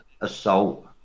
assault